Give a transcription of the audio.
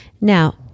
Now